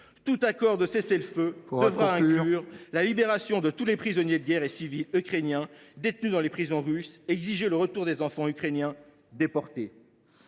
! Un accord de cessez le feu devra inclure la libération de tous les prisonniers de guerre et civils ukrainiens détenus dans les prisons russes et exiger le retour des enfants ukrainiens déportés.